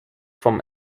vom